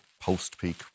post-peak